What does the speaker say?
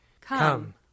Come